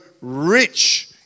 rich